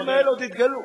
והדברים האלה עוד יתגלו.